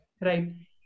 Right